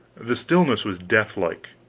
the stillness was deathlike.